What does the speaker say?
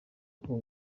uko